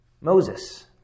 Moses